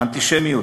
האנטישמיות,